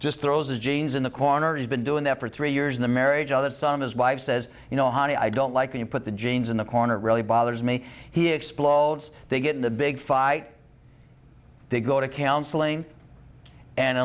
just throws his jeans in the corner he's been doing that for three years in the marriage other some his wife says you know honey i don't like when you put the jeans in the corner really bothers me he explodes they get in a big fight they go to counseling and